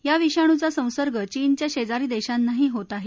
या विषाणूचा संसर्ग चीनच्या शेजारी देशांनाही होत आहे